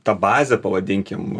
tą bazę pavadinkim